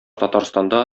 татарстанда